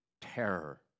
terror